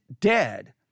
dead